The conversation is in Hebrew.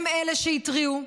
הם אלה שהתריעו,